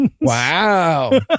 Wow